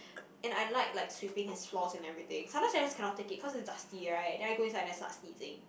and I like like sweeping his floors and everything sometimes I just cannot take it cause is dusty right then I go inside then I start sneezing